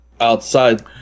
outside